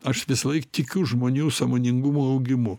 aš visąlaik tikiu žmonių sąmoningumo augimu